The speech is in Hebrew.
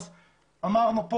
אמרנו,